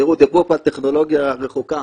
דיברו פה על טכנולוגיה רחוקה.